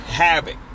Havoc